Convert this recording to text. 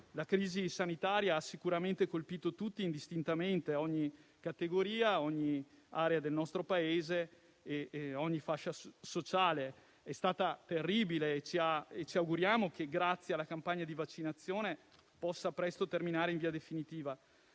La crisi sanitaria ha sicuramente colpito tutti indistintamente, ogni categoria, ogni area del nostro Paese e ogni fascia sociale. È stata terribile e ci auguriamo che, grazie alla campagna di vaccinazione, possa presto terminare in via definitiva.